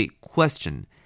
question